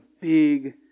big